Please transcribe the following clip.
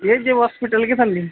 A J ಹಾಸ್ಪಿಟಲ್ಗೆ ಬನ್ನಿ